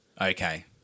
okay